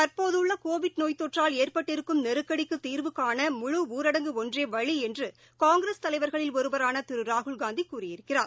தற்போதுள்ளகோவிட் நோய்த்தொற்றால் ஏற்பட்டிருக்கும் நெருக்கடிக்குதீர்வு காண முழு ஊரடங்கு ஒன்றேவழிஎன்றுகாங்கிரஸ் தலைவர்களில் ஒருவரானதிருராகுல் காந்திகூறியிருக்கிறார்